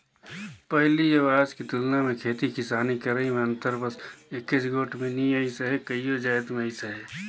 पहिली अउ आज के तुलना मे खेती किसानी करई में अंतर बस एकेच गोट में नी अइस अहे कइयो जाएत में अइस अहे